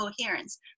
coherence